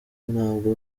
ntabwo